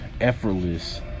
Effortless